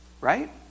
right